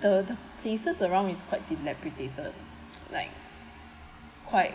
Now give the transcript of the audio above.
the places around is quite dilapidated like quite